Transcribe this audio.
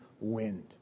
wind